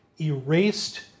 Erased